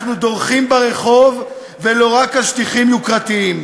אנחנו דורכים ברחוב ולא רק על שטיחים יוקרתיים,